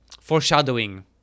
foreshadowing